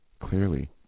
clearly